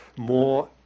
More